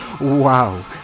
Wow